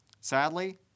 Sadly